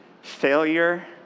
failure